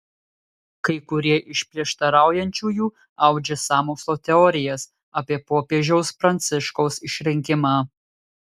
kai kurie iš prieštaraujančiųjų audžia sąmokslo teorijas apie popiežiaus pranciškaus išrinkimą